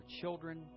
children